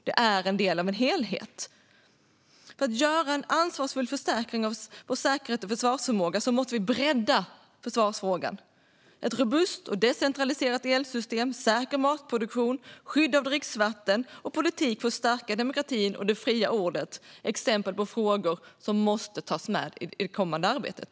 Det är en del av en helhet. För att vi ska kunna göra en ansvarsfull förstärkning av vår säkerhet och försvarsförmåga måste vi bredda försvarsfrågan. Exempel på frågor som måste tas med i det kommande arbetet handlar om ett robust och decentraliserat elsystem, säker matproduktion, skydd av dricksvatten och politik för att stärka demokratin och det fria ordet.